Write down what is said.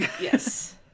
Yes